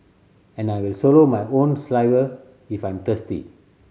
and I will swallow my own saliva if I'm thirsty